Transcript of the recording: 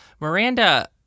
Miranda